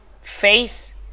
face